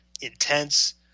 intense